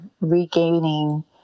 regaining